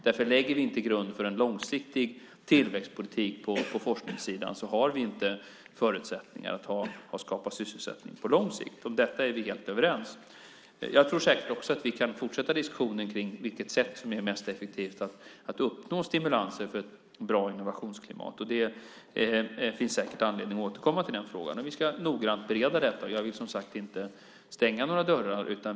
Om vi inte lägger grund för en långsiktig tillväxtpolitik på forskningssidan har vi inte förutsättningar att skapa sysselsättning på lång sikt. Det är vi helt överens om. Jag tror säkert också att vi kan fortsätta diskussion om vilket sätt som är mest effektivt för att uppnå stimulanser för ett bra innovationsklimat. Det finns säkert anledning att återkomma till den frågan. Vi ska noggrant bereda detta. Jag vill, som sagt, inte stänga några dörrar.